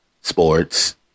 sports